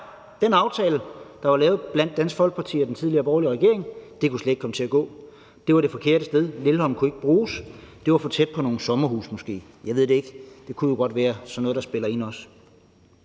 den aftale, der var lavet mellem Dansk Folkeparti og den tidligere borgerlige regering, kunne slet ikke komme til at gå. Det var det forkerte sted; Lindholm kunne ikke bruges. Det var måske for tæt på nogle sommerhuse. Jeg ved det ikke, men det kunne jo også godt være, at det var sådan noget, der spiller ind, og